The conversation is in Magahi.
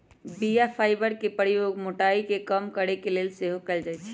बीया फाइबर के प्रयोग मोटाइ के कम करे के लेल सेहो कएल जाइ छइ